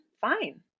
fine